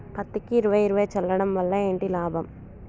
పత్తికి ఇరవై ఇరవై చల్లడం వల్ల ఏంటి లాభం?